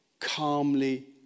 calmly